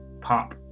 pop